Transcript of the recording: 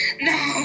No